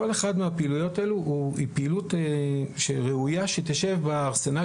כל אחת מהפעילויות אלו היא פעילות שראויה שתשב בארסנל